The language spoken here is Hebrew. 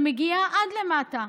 שמגיעה עד למטה,